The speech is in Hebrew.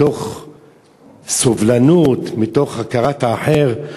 מתוך סובלנות, מתוך הכרת האחר.